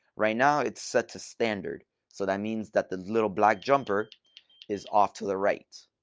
right now, it's set to standard. so that means that the little black jumper is off to the right.